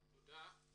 תודה.